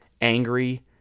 angry